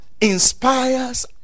inspires